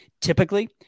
typically